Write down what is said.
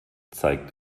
zeigt